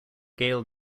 gail